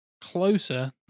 closer